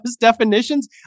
definitions